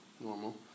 normal